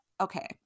okay